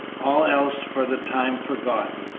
all else for the time forgotten.